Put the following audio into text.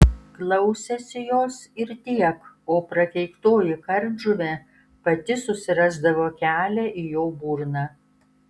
klausėsi jos ir tiek o prakeiktoji kardžuvė pati susirasdavo kelią į jo burną